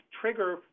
trigger